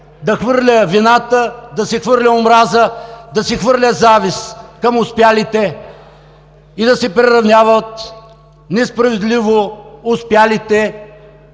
да хвърля вината, да се хвърля омраза, да се хвърля завист към успелите и да се приравняват несправедливо успелите